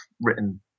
written